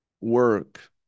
work